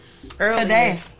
Today